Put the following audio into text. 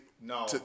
No